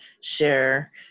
share